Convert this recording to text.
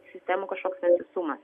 sistemų kažkoks vientisumas